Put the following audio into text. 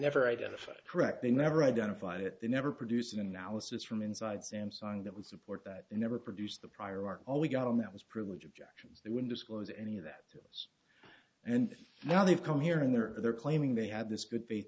never identified correct they never identified it they never produced an analysis from inside samsung that would support that they never produced the prior art all we got on that was privilege objections they wouldn't disclose any of that and now they've come here and they're they're claiming they had this good faith